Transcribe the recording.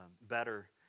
better